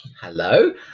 hello